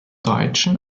deutschen